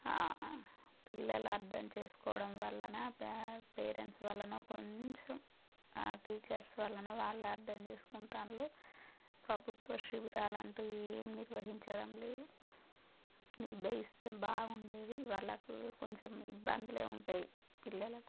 పిల్లల అర్థం చేసుకోవడం వలన పేరెంట్స్ వలన కొంచెం టీచర్స్ వలన వాళ్ళే అర్థం చేసుకుంటారు ప్రభుత్వ శిబిరాలంటూ ఏం నిర్వహించడం లేదు నిర్వహిస్తే బాగుండేది వాళ్ళకు కొంచెం ఇబ్బందులే ఉంటాయి పిల్లలకు